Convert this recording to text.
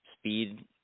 speed